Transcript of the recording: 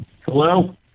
Hello